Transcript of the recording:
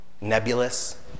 nebulous